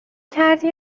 کردی